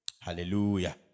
hallelujah